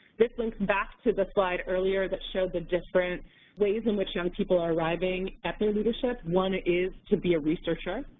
this links back to the slide earlier that showed the different ways in which young people are arriving at their leadership one is to be a researcher.